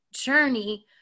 journey